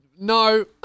No